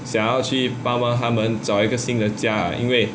想要去帮帮它们找一个新的家啊因为:xiang yao qu bang bang ta men zhao yi ge xin de jiae a yin wei